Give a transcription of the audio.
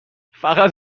فقط